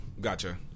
gotcha